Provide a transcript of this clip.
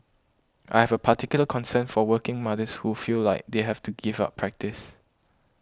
I have a particular concern for working mothers who feel like they have to give up practice